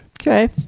Okay